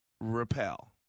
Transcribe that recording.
repel